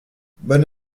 bonne